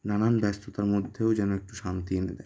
নানান ব্যস্ততার মধ্যেও যেন একটু শান্তি এনে দেয়